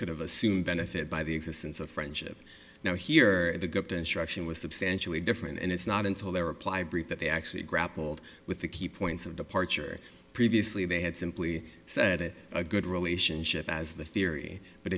have assumed benefit by the existence of friendship now here the govt instruction was substantially different and it's not until their reply brief that they actually grappled with the key points of departure previously they had simply said it a good relationship as the theory but